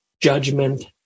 judgment